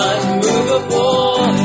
Unmovable